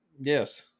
Yes